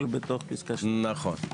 כן,